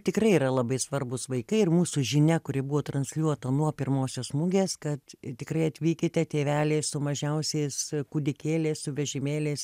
tikrai yra labai svarbūs vaikai ir mūsų žinia kuri buvo transliuota nuo pirmosios mugės kad tikrai atvykite tėveliai su mažiausiais kūdikėliais su vežimėliais